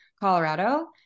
Colorado